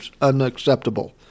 unacceptable